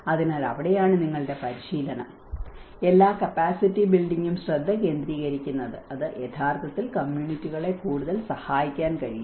അതിനാൽ അവിടെയാണ് നിങ്ങളുടെ പരിശീലനം എല്ലാ കപ്പാസിറ്റി ബിൽഡിംഗും ശ്രദ്ധ കേന്ദ്രീകരിക്കുന്നത് അത് യഥാർത്ഥത്തിൽ കമ്മ്യൂണിറ്റികളെ കൂടുതൽ സഹായിക്കാൻ കഴിയും